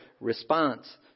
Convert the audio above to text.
response